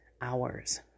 hours